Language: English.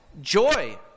Joy